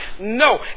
No